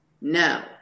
No